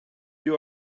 you